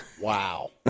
Wow